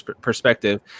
perspective